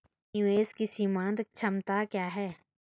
निवेश की सीमांत क्षमता क्या है?